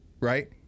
right